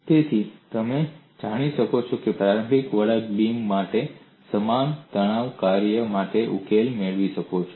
તેથી તમે જઈ શકો છો અને પ્રારંભિક વળાંકવાળા બીમ માટે સમાન તણાવ કાર્ય સાથે ઉકેલ મેળવી શકો છો